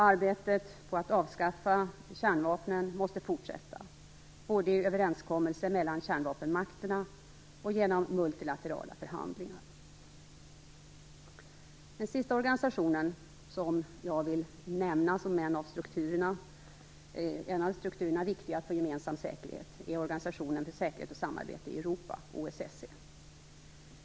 Arbetet på att avskaffa kärnvapnen måste fortsätta, både i överenskommelser mellan kärnvapenmakterna och genom multilaterala förhandlingar. Den sista organisation som jag vill nämna som en av de strukturer som är viktiga för gemensam säkerhet är Organisationen för säkerhet och samarbete i Europa - OSSE.